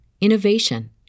innovation